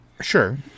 Sure